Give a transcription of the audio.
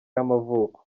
y’amavuko